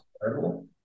terrible